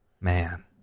Man